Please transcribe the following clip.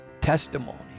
testimony